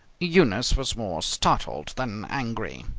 eunice was more startled than angry.